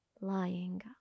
lying